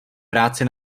práci